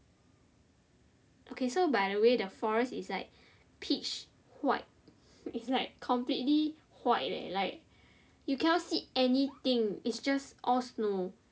okay so by the way the forest is like pitch white it's like completely white leh like you cannot see anything it's just all snow